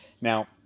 Now